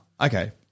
okay